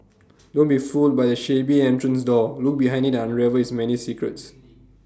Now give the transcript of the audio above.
don't be fooled by the shabby entrance door look behind IT unravel its many secrets